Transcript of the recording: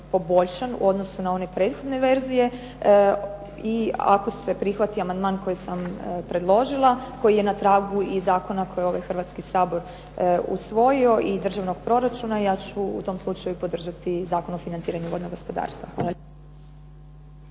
poboljšan u odnosu na one prethodne verzije i ako se prihvati amandman koji sam predložila, koji je na tragu zakona koji je ovaj Hrvatski sabor usvojio i državnog proračuna ja ću u tom slučaju podržati Zakon o financiranju vodnog gospodarstva.